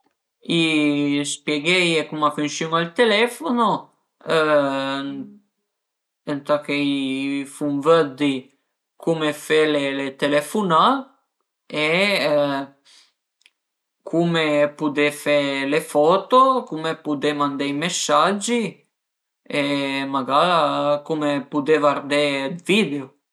Spiegheie cum a funsiun-a ël telefono ëntà che i fun vëddi cume fe le telefunà e cume pudé fe le foto, cume pudé mandé i messaggi e magara cume pudé vadé dë video